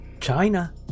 China